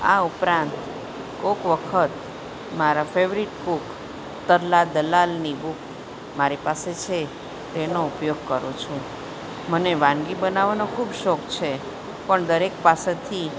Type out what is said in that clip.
આ ઉપરાંત કોક વખત મારા ફેવરિટ કૂક તરલા દલાલની બુક મારી પાસે છે તેનો ઉપયોગ કરું છું મને વાનગી બનાવાનો ખૂબ શોખ છે પણ દરેક પાસેથી